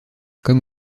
comme